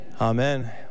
amen